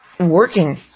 Working